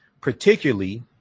particularly